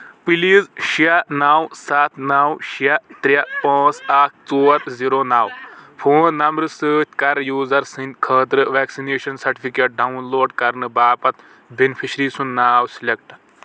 please شیٚے نو سَتھ نو شیٚے ترٛےٚ پانٛژھ اکھ ژور زیٖرو نو فون نمبرٕ سۭتۍ کر یوزر سٕنٛدۍ خٲطرٕ ویکسِنیشن سٹِفکیٹ ڈاون لوڈ کرنہٕ باپتھ بینِفیشری سُنٛد ناو سِلیکٹ